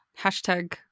Hashtag